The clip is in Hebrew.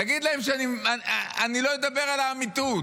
תגיד להם שאני לא אדבר על האמיתות.